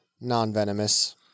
Non-venomous